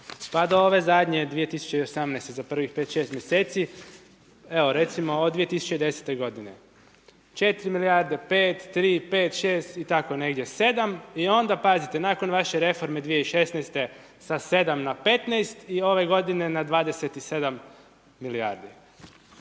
pa do ove zadnje 2018. za prvih pet, šest mjeseci, evo recimo od 2010. godine 4 milijarde, 5, 3, 5, 6 i tako negdje 7 i onda pazite, nakon vaše reforme 2016. sa 7 na 15 i ove godine na 27 milijardi.